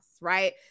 right